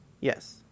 yes